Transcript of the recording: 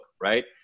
right